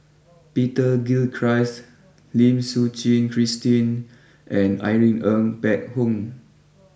Peter Gilchrist Lim Suchen Christine and Irene Ng Phek Hoong